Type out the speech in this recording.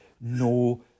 no